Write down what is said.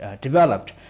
developed